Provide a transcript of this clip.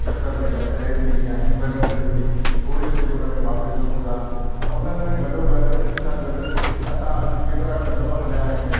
शक्कर जेका ठहे थी या इनबेलेंस थिए थी उहे शयूं उन में मापे सघूं था त उन्हनि में इन सां गॾु गॾो इन्हनि सां गॾु असां अॼु केतिरा क़दम हलियां आहियूं